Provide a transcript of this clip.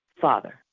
Father